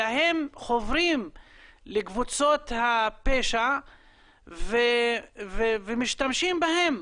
אלא הם חוברים לקבוצות הפשע ומשתמשים בהם